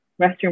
restroom